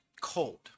Cold